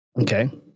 okay